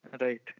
Right